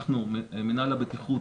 מינהל הבטיחות